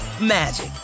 magic